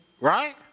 Right